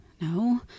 no